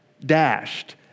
dashed